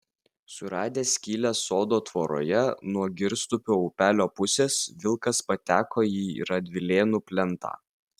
suradęs skylę sodo tvoroje nuo girstupio upelio pusės vilkas pateko į radvilėnų plentą